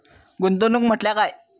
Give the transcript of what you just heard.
गुंतवणूक म्हटल्या काय?